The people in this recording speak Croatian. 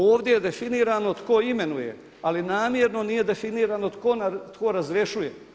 Ovdje je definirano tko imenuje ali namjerno nije definirano tko razrješuje.